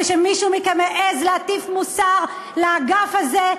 ושמישהו מכם העז להטיף מוסר לאגף הזה?